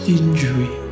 injury